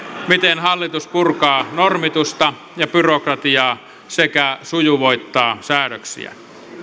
miten hallitus purkaa normitusta ja byrokratiaa sekä sujuvoittaa säädöksiä